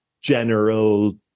general